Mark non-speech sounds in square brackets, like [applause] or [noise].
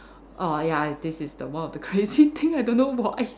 err ya this is was one of the crazy thing I don't know why [laughs]